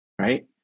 right